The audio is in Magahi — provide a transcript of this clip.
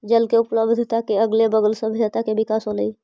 जल के उपलब्धता के अगले बगल सभ्यता के विकास होलइ